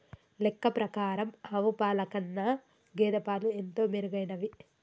లెక్క ప్రకారం ఆవు పాల కన్నా గేదె పాలు ఎంతో మెరుగైనవి